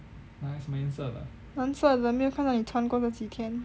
蓝色的没有看你穿过这几天